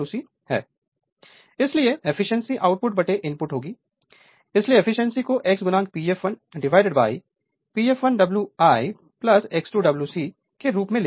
Refer Slide Time 2213 इसलिए efficiency output input outputinput होगी इसलिए एफिशिएंसी को x P fl divide by X PflWiX2 Wc के रूप में लिखा जा सकता है